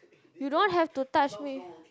you don't have to touch me